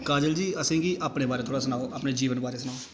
काजल जी असें गी अपने बारै थोह्ड़ा सनाओ अपने जीवन बारै सनाओ